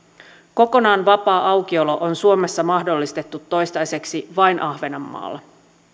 kokonaan vapaa aukiolo on suomessa mahdollistettu toistaiseksi vain ahvenenmaalla